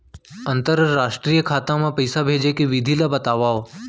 अंतरराष्ट्रीय खाता मा पइसा भेजे के विधि ला बतावव?